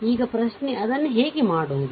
ಈಗ ಪ್ರಶ್ನೆ ಅದನ್ನು ಹೇಗೆ ಮಾಡುವುದು